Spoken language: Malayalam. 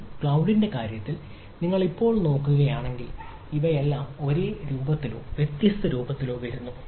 ഒരു ക്ളൌഡ്ന്റെ കാര്യത്തിൽ നിങ്ങൾ ഇപ്പോൾ നോക്കുകയാണെങ്കിൽ ഇവയെല്ലാം ഒരേ രൂപത്തിലോ വ്യത്യസ്ത രൂപത്തിലോ വരുന്നു